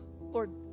Lord